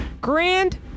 Grand